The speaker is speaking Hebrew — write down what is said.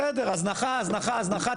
בסדר, הזנחה הזנחה הזנחה.